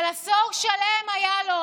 אבל עשור שלם היה לו,